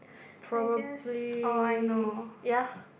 probably ya